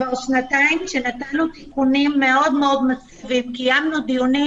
כבר שנתיים שנתנו תיקונים, קיימנו דיונים